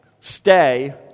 stay